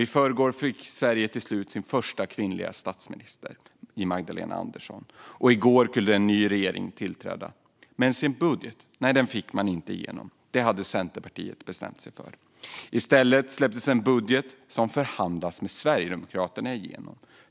I förrgår fick Sverige till slut sin första kvinnliga statsminister i Magdalena Andersson, och i går kunde en ny regering tillträda. Men sin budget fick man inte igenom. Det hade Centerpartiet bestämt sig för. I stället släpptes en budget som förhandlats med Sverigedemokraterna igenom.